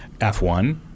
F1